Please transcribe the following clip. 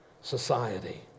society